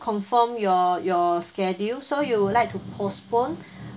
confirm your your schedule so you would like to postpone